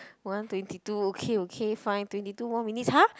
one twenty two okay okay fine twenty two more minutes !huh!